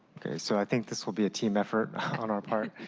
okay. so i think this will be a team effort on our part.